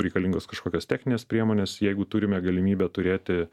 reikalingos kažkokios techninės priemonės jeigu turime galimybę turėti